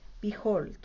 Behold